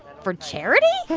for charity?